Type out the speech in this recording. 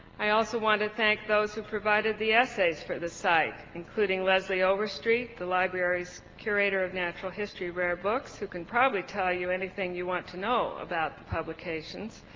i also want to thank those who provided the essays for the site, including leslie overstreet, the library's curator of natural history rare books, who can probably tell you anything you want to know about the publications.